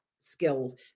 skills